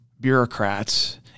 bureaucrats